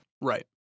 right